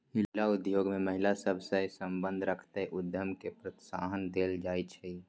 हिला उद्योग में महिला सभ सए संबंध रखैत उद्यम के प्रोत्साहन देल जाइ छइ